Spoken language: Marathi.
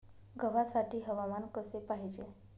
गव्हासाठी हवामान कसे पाहिजे?